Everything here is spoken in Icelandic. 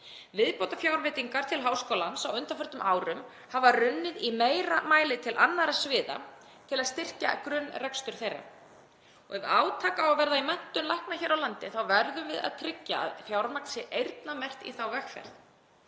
Viðbótarfjárveitingar til Háskóla Íslands á undanförnum árum hafa runnið í meira mæli til annarra sviða, til að styrkja grunnrekstur þeirra. Ef átak á að verða í menntun lækna hér á landi verður að tryggja að fjármagn sé eyrnamerkt í þá vegferð.